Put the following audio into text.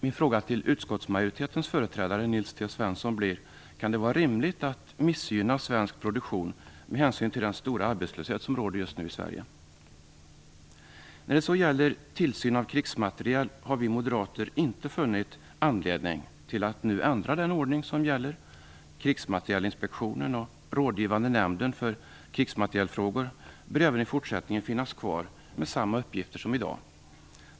Min fråga till utskottsmajoritetens företrädare, Nils T Svensson blir: Kan det vara rimligt att missgynna svensk produktion med hänsyn till den stora arbetslöshet som råder just nu i Sverige? När det så gäller tillsyn av krigsmateriel har vi moderater inte funnit anledning att nu ändra den ordning som gäller. Krigsmaterielinspektionen och Rådgivande nämnden för krigsmaterielexportfrågor bör även i fortsättningen finnas kvar med samma uppgifter som i dag.